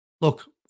look